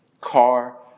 car